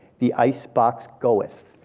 the icebox goeth.